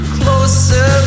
closer